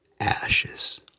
ashes